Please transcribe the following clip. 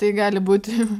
tai gali būt